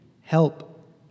help